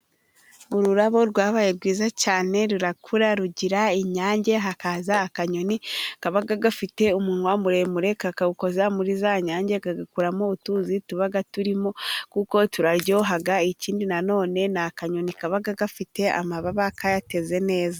Ururabo rwabaye rwiza cyane rurakura rugira inyange , hakaza akanyoni kaba gafite umunwa muremure kakawukoza muri za nyange kagakuramo utuzi tuba turimo kuko turaryoha . Ikindi none ni akanyoni kaba gafite amababa kayateze neza .